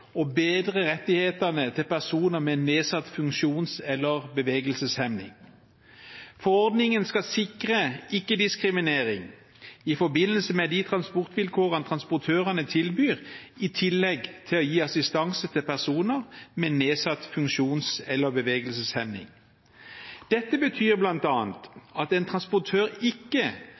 å bedre rettighetene til personer med nedsatt funksjonsevne eller bevegelseshemning. Forordningen skal sikre ikke-diskriminering i forbindelse med de transportvilkårene transportørene tilbyr, i tillegg til å gi assistanse til personer med nedsatt funksjonsevne eller bevegelseshemning. Dette betyr bl.a. at en transportør ikke